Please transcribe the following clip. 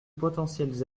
potentiels